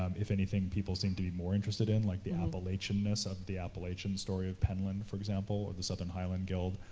um if anything, people seemed to be more interested in, like the appalachian-ness of the appalatchian story of penland, for example, or the southern highland guild,